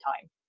time